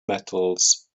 metals